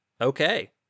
Okay